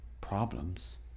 problems